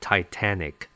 Titanic